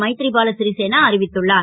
மைத் ரி பாலா சிரிசேனா அறிவித்துள்ளார்